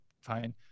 fine